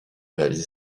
réaliser